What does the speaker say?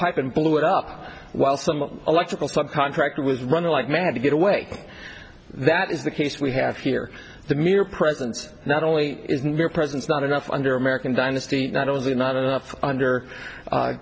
pipe and blew it up while some electrical subcontractor was running like mad to get away that is the case we have here the mere presence not only is near presence not enough under american dynasty not only not enough under